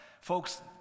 folks